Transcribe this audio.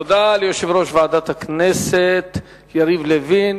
תודה ליושב-ראש ועדת הכנסת יריב לוין.